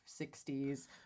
60s